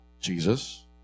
Jesus